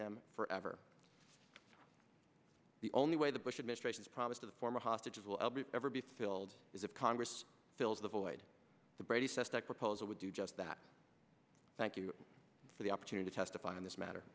them forever the only way the bush administration's promise of the former hostages will be ever be filled is it congress fills the void the brady says that proposal would do just that thank you for the opportunity to testify in this matter